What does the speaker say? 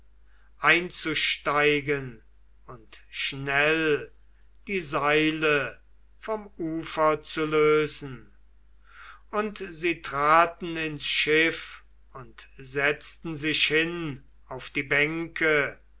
einzusteigen und schnell die seile vom ufer zu lösen und sie traten ins schiff und setzten sich hin auf die bänke